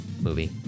movie